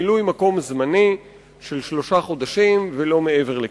מילוי מקום זמני של שלושה חודשים ולא מעבר לכך.